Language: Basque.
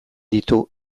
ditu